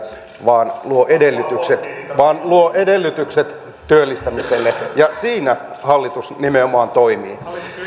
vaan luo edellytykset työllistämiselle ja siinä hallitus nimenomaan toimii ja